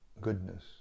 goodness